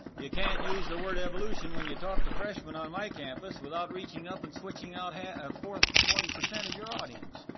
you can't use the word evolution when you talk to freshmen on my campus without reaching up and switching out ah forty forty percent of your audience.